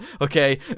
okay